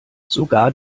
sogar